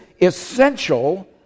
essential